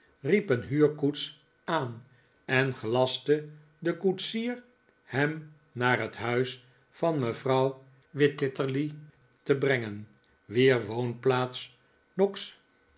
een huurkoets aan en gelastte den koetsier hem naar het huis van mevrouw wititterly te brengen wier woonplaats noggs